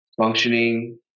functioning